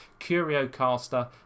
CurioCaster